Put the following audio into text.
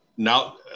Now